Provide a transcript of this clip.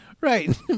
Right